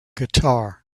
guitar